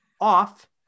off